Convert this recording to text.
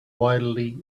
wildly